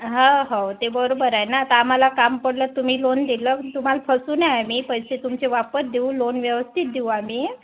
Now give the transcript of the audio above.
हो हो ते बरोबर आहे ना आता आम्हाला काम पडलं तुम्ही लोन दिलं तुम्हाला फसू नाही आम्ही पैसे तुमचे वापस देऊ लोन व्यवस्थित देऊ आम्ही